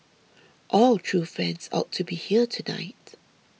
all true fans ought to be here tonight